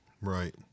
Right